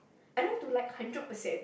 I don't have to like hundred percent